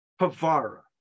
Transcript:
Pavara